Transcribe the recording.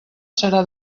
serà